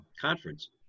conference